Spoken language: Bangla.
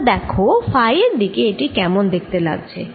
তোমরা দেখ ফাই এর দিকে এটি কেমন দেখতে লাগছে